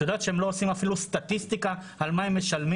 את יודעת שהם אפילו לא עושים סטטיסטיקה על מה שהם משלמים?